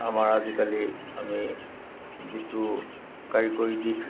আমাৰ আজিকালি আমি যিটো কাৰিকৰী দিশ